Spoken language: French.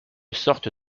sorte